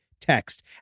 text